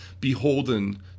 beholden